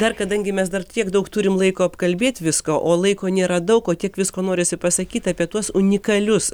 dar kadangi mes dar tiek daug turim laiko apkalbėt viską o laiko nėra daug o tiek visko norisi pasakyt apie tuos unikalius